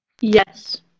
Yes